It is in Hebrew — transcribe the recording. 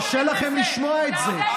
קשה לכם לשמוע את זה.